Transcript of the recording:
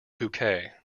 bouquet